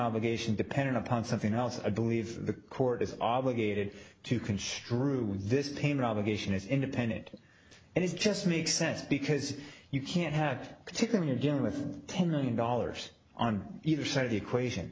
obligation dependent upon something else i believe the court is obligated to construe this pain or obligation as independent and this just makes sense because you can't have particularly again with ten million dollars on either side of the equation